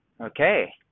Okay